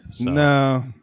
No